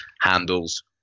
handles